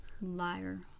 Liar